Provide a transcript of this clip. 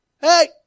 hey